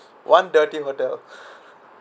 one dirty hotel